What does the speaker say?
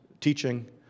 teaching